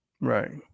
Right